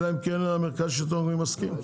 אלא אם כן מרכז השלטון המקומי מסכים,